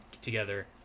together